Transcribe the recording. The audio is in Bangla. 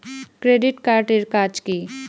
ক্রেডিট কার্ড এর কাজ কি?